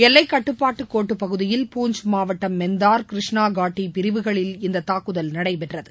எல்லைக்கட்டுப்பாட்டுக் கோட்டு பகுதியில் பூஞ்ச் மாவட்டம் மெந்தார் கிருஷ்ணா காட்டி பிரிவுகளில் இந்த தாக்குதல் நடைபெற்றது